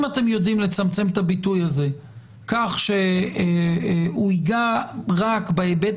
אם אתם יודעים לצמצם את הביטוי הזה כך שהוא ייגע רק בהיבט